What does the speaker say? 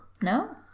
No